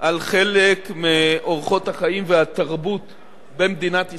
על חלק מאורחות החיים והתרבות במדינת ישראל.